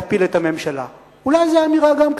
זה הערבים האלה,